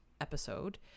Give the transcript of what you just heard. episode